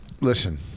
Listen